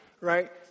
right